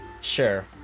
sure